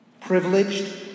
privileged